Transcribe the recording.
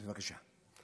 בבקשה.